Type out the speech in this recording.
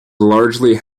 largely